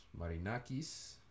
Marinakis